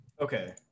Okay